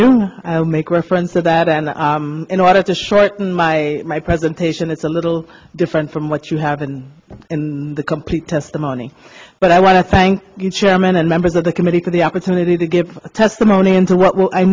i'll make reference to that and in order to shorten my my presentation it's a little different from what you have been in the complete testimony but i want to thank you chairman and members of the committee for the opportunity to give testimony into what will i